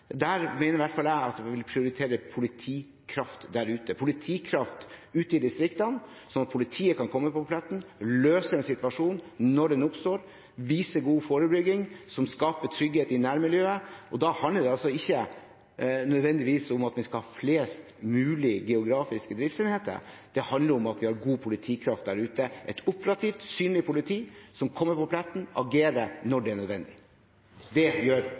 i hvert fall at vi prioriterer politikraft der ute, politikraft ute i distriktene, sånn at politiet kan komme på pletten og løse en situasjon når den oppstår, og vise god forebygging, som skaper trygghet i nærmiljøet. Da handler det altså ikke nødvendigvis om at vi skal ha flest mulig geografiske driftsenheter. Det handler om at vi har god politikraft der ute, et operativt, synlig politi som kommer på pletten og agerer når det er nødvendig. Det gjør